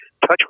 touch